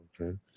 Okay